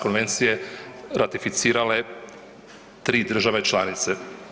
Konvencije ratificirale 3 države članice.